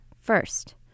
first